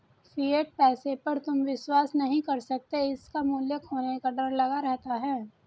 fiat पैसे पर तुम विश्वास नहीं कर सकते इसका मूल्य खोने का डर लगा रहता है